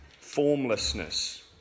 formlessness